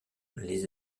les